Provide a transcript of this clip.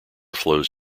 flows